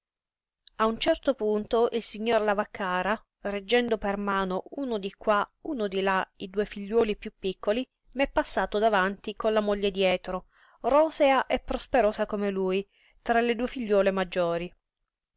a un certo punto il signor lavaccara reggendo per mano uno di qua uno di là i due figliuoli piú piccoli m'è passato davanti con la moglie dietro rosea e prosperosa come lui tra le due figliuole maggiori